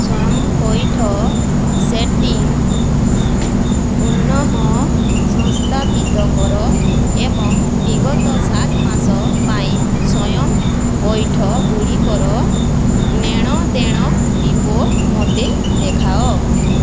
ସ୍ଵୟଂ ପଇଠ ସେଟିଂ ପୁନଃ ସଂସ୍ଥାପିତ କର ଏବଂ ବିଗତ ସାତ ମାସ ପାଇଁ ସ୍ଵୟଂ ପଇଠ ଗୁଡ଼ିକର ନେଣ ଦେଣ ରିପୋର୍ଟ ମୋତେ ଦେଖାଅ